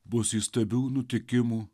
bus įstabių nutikimų